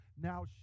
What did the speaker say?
now